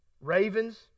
Ravens